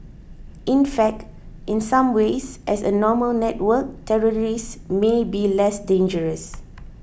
in fact in some ways as a formal network terrorists may be less dangerous